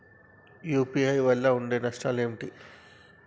UPI వల్ల ఉండే నష్టాలు ఏంటి??